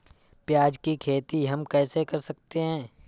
प्याज की खेती हम कैसे कर सकते हैं?